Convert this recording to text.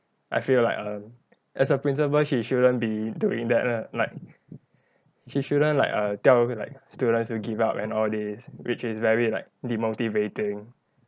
I feel like um as a principal she shouldn't be doing that lah like she shouldn't like err tell like students to give up and all this which is very like demotivating